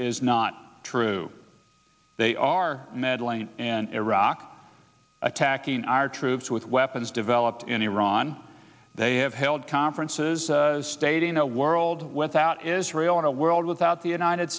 is not true they are meddling in iraq attacking our troops with weapons developed in iran they have held conferences stating a world without israel in a world without the united